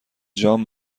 جان